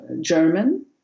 German